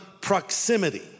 proximity